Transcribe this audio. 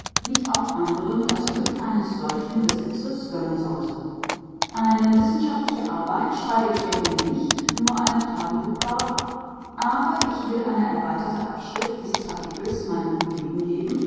nicht auch anderen das glück eines solchen besitzes gönnen sollte eine wissenschaftliche arbeit schreibe ich ja hier nicht nur eine tagebuchplauderei aber ich will eine erweiterte abschrift dieses kapitels meinen kollegen geben